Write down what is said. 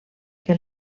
que